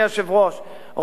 אדוני היושב-ראש,